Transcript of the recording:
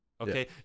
Okay